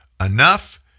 enough